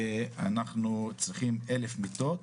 ואנחנו צריכים אלף מיטות,